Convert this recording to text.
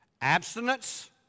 Abstinence